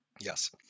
Yes